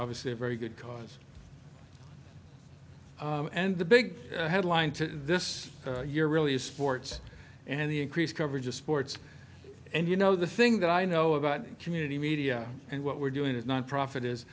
obviously a very good cause and the big headline this year really is sports and the increased coverage of sports and you know the thing that i know about community media and what we're doing is nonprofit is